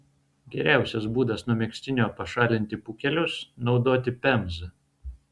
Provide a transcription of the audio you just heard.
geriausias būdas nuo megztinio pašalinti pūkelius naudoti pemzą